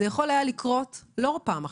זה יכול היה לקרות לא רק פעם אחת,